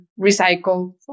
recycle